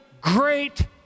great